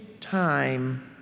time